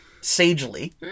sagely